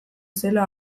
zela